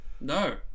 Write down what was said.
No